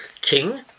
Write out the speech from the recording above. king